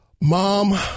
Mom